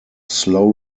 slow